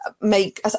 make